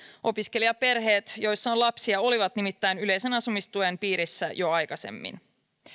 opiskelijaperheet joissa on lapsia olivat nimittäin yleisen asumistuen piirissä jo aikaisemmin